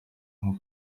nko